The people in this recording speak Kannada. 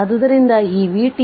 ಆದ್ದರಿಂದ ಈ vt